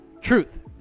Truth